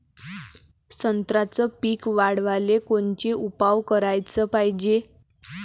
संत्र्याचं पीक वाढवाले कोनचे उपाव कराच पायजे?